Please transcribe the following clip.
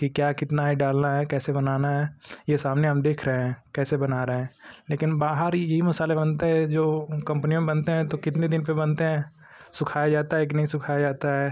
कि क्या कितना है डालना है कैसे बनाना है ये सामने हम देख रहे हैं कैसे बना रहे हैं लेकिन बाहर यही मसाले बनते है जो उन कंपनियों में बनते हैं तो कितने दिन पर बनते हैं सुखाया जाता है कि नहीं सुखाया जाता है